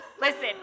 listen